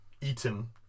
eaten